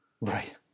Right